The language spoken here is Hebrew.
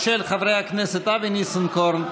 לפחות קורבין לא מואשם בשוחד ולא מואשם במרמה והפרת אמונים.